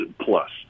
plus